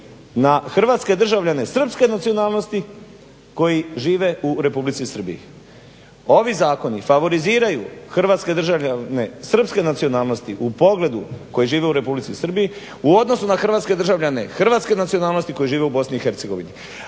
na hrvatske državljane srpske nacionalnosti koji žive u Republici Srbiji. Ovi zakoni favoriziraju hrvatske državljane srpske nacionalnosti u pogledu koji žive u Republici Srbiji, u odnosu na hrvatske državljane hrvatske nacionalnosti koji žive u Bosni